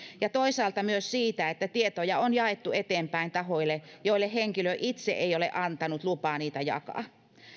ja toisaalta myös siitä että tietoja on jaettu eteenpäin tahoille joille henkilö itse ei ole antanut lupaa niitä jakaa